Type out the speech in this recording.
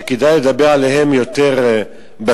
שכדאי לדבר עליהם יותר בסתר,